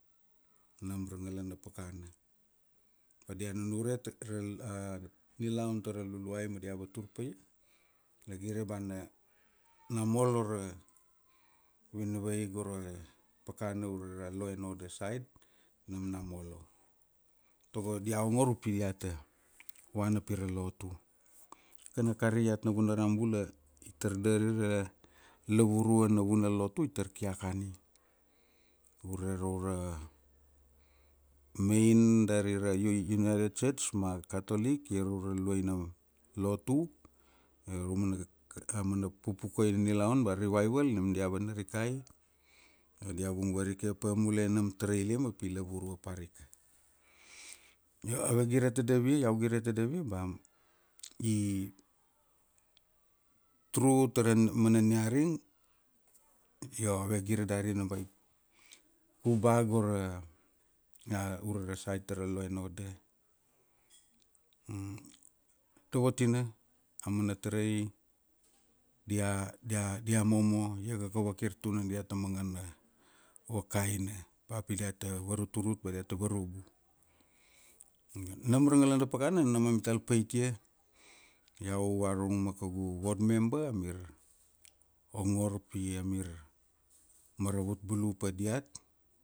Nam ra ngala na pakana, ba dia nunure takral a nilaun tara luluai ma dia vatur pa ia, na gire ba na na molo ra vanavai gora pakana ure ra lo en oda sait, nam na molo. Tago dia ongor upi diata vana pira lotu. kan akari iat navunaram bula, itar dari ra lavurua na vuna lotu itar ki akani, ure raura mein dari ra United church ma Katolic ia ra urua luaina lotu, ia ra umana aumana pupukuai na nilaun ba rivaival nam dia vanarikai, dia vung varike pa mule nam tara alima pi lavurua parika. Io ave gire tadapia iau gire tadapia ba i tru taramana niaring, io ave gire darina ba kuba go ra a ure ra sait tara lo en oda dovotina amana tarai dia dia dia momo iakaka vakir tuna diata mangana vakaina ba pi diata varurut ba diata varubu. Nam ra ngalana na pakana nam amital paitia iau varurung ma kaugu vod memba amir ongor pi amir maravut bulu pa diat.